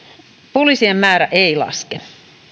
poliisien määrä ei laske